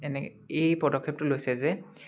এনে এই পদক্ষেপটো লৈছে যে